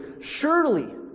surely